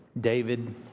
David